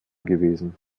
gewesen